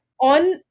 on